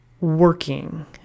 working